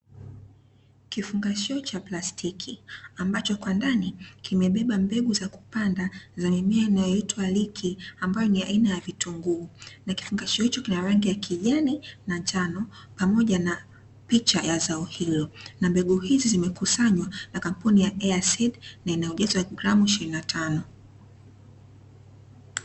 Kifungashio cha plastiki ambacho kwa ndani kimebeba mbegu za kupanda za mimea zinazoitwa liki, ambayo ni aina ya vitunguu na kifungashio iko kina rangi ya kijani na njano pamoja na picha ya zao hilo na mbegu izi zimekusanywa na kampuni ya ''air seed'' na uzito wa gramu ishirini na tano.